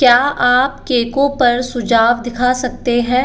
क्या आप केकों पर सुझाव दिखा सकते हैं